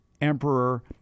Emperor